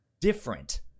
different